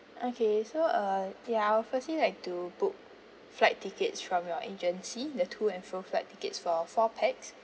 okay so uh ya I will firstly like to book flight tickets from your agency the to and fro flight tickets for four pax